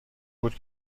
بود